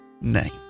name